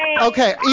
Okay